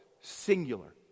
singular